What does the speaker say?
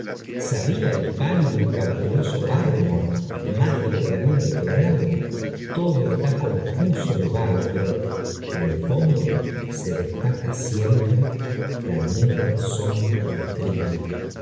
sabía el pálido y cauteloso barrymore más de lo que había declarado todo está confuso y vago pero en el fondo se destaca siempre la negra sombra del crimen